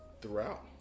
Throughout